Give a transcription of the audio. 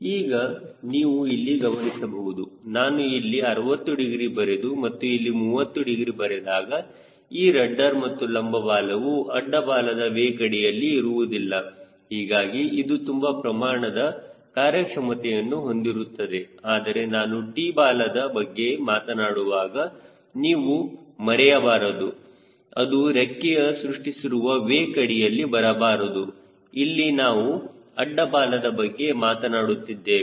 ಈಗ ನೀವು ಇಲ್ಲಿ ಗಮನಿಸಬಹುದು ನಾನು ಇಲ್ಲಿ 60 ಡಿಗ್ರಿ ಬರೆದು ಮತ್ತು ಇಲ್ಲಿ 30 ಡಿಗ್ರಿ ಬರೆದಾಗ ಈ ರಡ್ಡರ್ ಮತ್ತು ಲಂಬ ಬಾಲವು ಅಡ್ಡ ಬಾಲದ ವೇಕ್ ಅಡಿಯಲ್ಲಿ ಇರುವುದಿಲ್ಲ ಹೀಗಾಗಿ ಇದು ತುಂಬಾ ಪ್ರಮಾಣದ ಕಾರ್ಯಕ್ಷಮತೆಯನ್ನು ಹೊಂದಿರುತ್ತದೆ ಆದರೆ ನಾನು T ಬಾಲದ ಬಗ್ಗೆ ಮಾತನಾಡುವಾಗ ನೀವು ಮರೆಯಬಾರದು ಅದು ರೆಕ್ಕೆಯು ಸೃಷ್ಟಿಸಿರುವ ವೇಕ್ ಅಡಿಯಲ್ಲಿ ಬರಬಾರದು ಇಲ್ಲಿ ನಾವು ಅಡ್ಡ ಬಾಲದ ಬಗ್ಗೆ ಮಾತನಾಡುತ್ತಿದ್ದೇವೆ